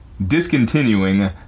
Discontinuing